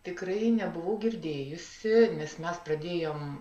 tikrai nebuvau girdėjusi nes mes pradėjom